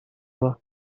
were